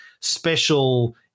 special